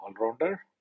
all-rounder